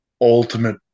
ultimate